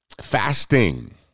fasting